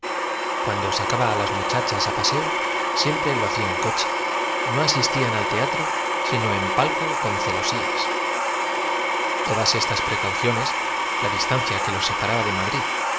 rapto cuando sacaba á las muchachas á paseo siempre lo hacía en coche y no asistían al teatro sino en palco con celosías todas estas precauciones la distancia que los sepa raba de madrid